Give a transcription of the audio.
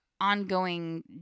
ongoing